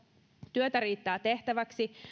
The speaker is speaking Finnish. työtä riittää tehtäväksi